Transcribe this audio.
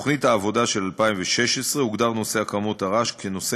בתוכנית העבודה של 2016 הוגדרה הקמת רעש כנושא